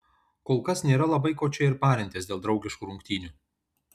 kolkas nėra labai ko čia ir parintis dėl draugiškų rungtynių